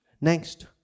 Next